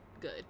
good